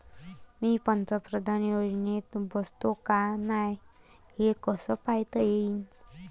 मी पंतप्रधान योजनेत बसतो का नाय, हे कस पायता येईन?